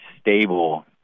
stable